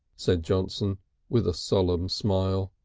said johnson with a solemn smile.